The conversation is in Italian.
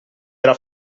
era